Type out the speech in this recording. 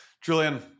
Julian